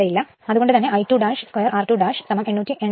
അതുകൊണ്ട് തന്നെ I2 2 r2880